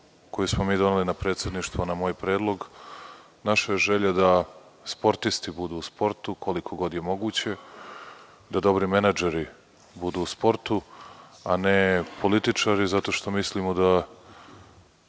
koju smo mi doneli na Predsedništvu, a na moj predlog, naša je želja da sportisti budu u sportu koliko god je moguće, da dobri menadžeri budu u sportu a ne političari, zato što mislimo da